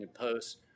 Post